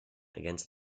against